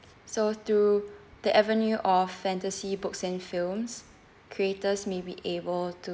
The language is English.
so through the avenue of fantasy books and films creators may be able to